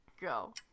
go